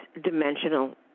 dimensional